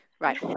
right